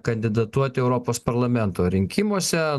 kandidatuoti europos parlamento rinkimuose